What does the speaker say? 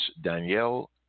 Danielle